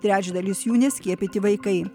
trečdalis jų neskiepyti vaikai